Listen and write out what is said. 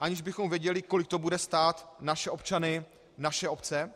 Aniž bychom věděli, kolik to bude stát naše občany, naše obce?